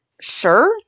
sure